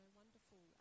wonderful